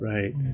Right